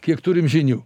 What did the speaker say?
kiek turim žinių